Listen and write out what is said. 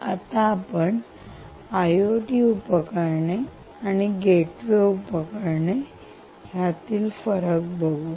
आणि आता आपण आयओटी उपकरणे आणि गेटवे उपकरणे यातला फरक बघूया